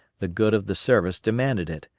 the good of the service demanded it,